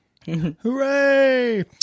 Hooray